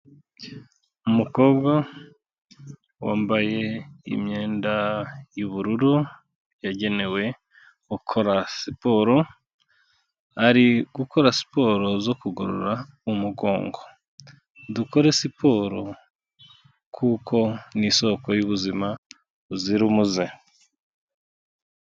Umukobwa wambaye imyenda y'ubururu yagenewe gukora siporo, ari gukora siporo zo kugorora umugongo, dukore siporo kuko ni isoko y'ubuzima buzira umuze.